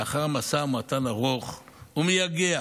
לאחר משא ומתן ארוך ומייגע,